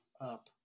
up